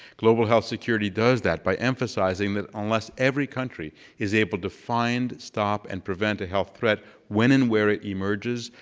global health security does that by emphasizing that, unless every country is able to find, stop, and prevent a health threat when and where it emerges,